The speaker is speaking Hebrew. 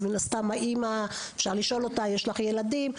אז מן הסתם האמא אפשר לשאול אותה: יש לך ילדים?